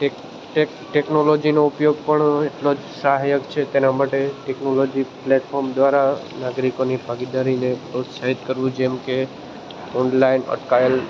ટેક્નોલોજીનો ઉપયોગ પણ એટલો જ સહાયક છે તેના માટે ટેક્નોલોજી પ્લેટફોર્મ દ્વારા નાગરિકોની ભાગીદારીને પ્રોત્સાહિત કરવું જેમ કે ઓનલાઈન અકાલ